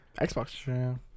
Xbox